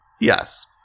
Yes